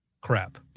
crap